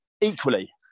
Equally